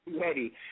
Ready